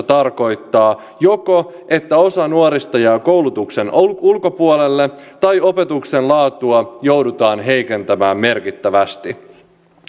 tarkoittaa joko sitä että osa nuorista jää koulutuksen ulkopuolelle tai sitä että opetuksen laatua joudutaan heikentämään merkittävästi